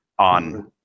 on